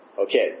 okay